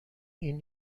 این